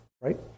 right